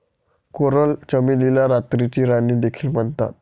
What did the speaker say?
coral चमेलीला रात्रीची राणी देखील म्हणतात